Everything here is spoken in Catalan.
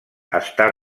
està